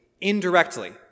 indirectly